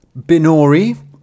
Binori